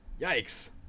Yikes